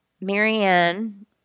Marianne